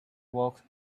walk